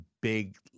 big